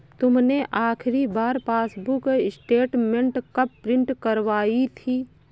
तुमने आखिरी बार पासबुक स्टेटमेंट कब प्रिन्ट करवाई थी?